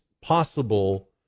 possible